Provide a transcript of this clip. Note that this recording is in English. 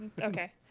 Okay